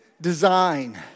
design